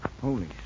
Holy